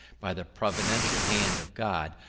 by the providential hand of god,